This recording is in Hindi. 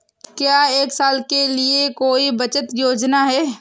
क्या एक साल के लिए कोई बचत योजना है?